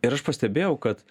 ir aš pastebėjau kad